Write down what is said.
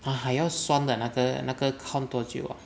!huh! 还要算的 ah 那个那个 count 多久 ah